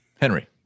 Henry